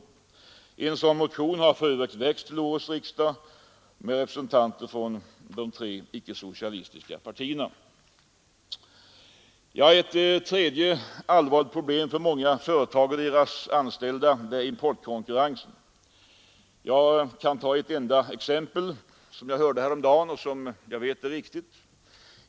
En motion härom har för övrigt väckts till årets riksdag av några representanter för de tre icke socialistiska partierna. Ett tredje allvarligt problem för många företag och deras anställda är importkonkurrensen. Låt mig endast ge ett exempel, som jag hörde häromdagen och som jag vet är riktigt.